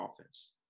offense